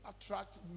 attract